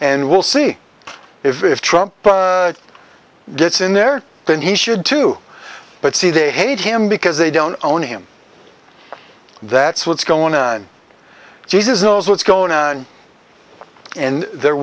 and we'll see if trump gets in there then he should too but see they hate him because they don't own him that's what's going on jesus knows what's going in there